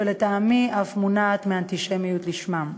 שלטעמי אף מונעת מאנטישמיות לשמה.